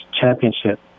Championship